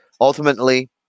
ultimately